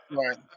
right